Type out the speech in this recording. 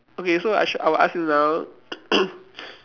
okay so I should I will ask you now